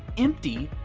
empty,